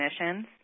missions